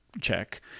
check